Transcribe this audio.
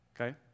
okay